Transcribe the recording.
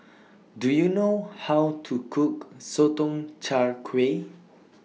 Do YOU know How to Cook Sotong Char Kway